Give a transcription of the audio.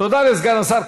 תודה לסגן השר.